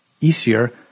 easier